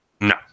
no